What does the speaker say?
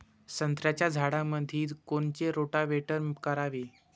संत्र्याच्या झाडामंदी कोनचे रोटावेटर करावे?